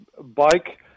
bike